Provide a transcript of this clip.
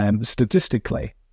statistically